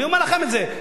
אני אומר לכם את זה,